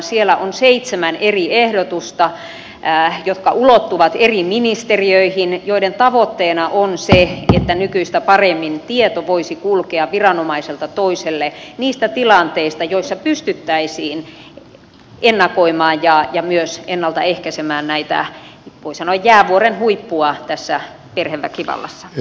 siellä on seitsemän eri ehdotusta jotka ulottuvat eri ministeriöihin joiden tavoitteena on se että nykyistä paremmin tieto voisi kulkea viranomaiselta toiselle niistä tilanteista joissa pystyttäisiin ennakoimaan ja myös ennalta ehkäisemään tätä voi sanoa jäävuoren huippua tässä perheväkivallassa